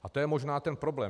A to je možná ten problém.